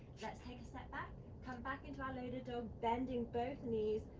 let's take a step back come back into our loaded dog, bending both knees,